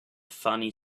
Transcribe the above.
funny